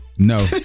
No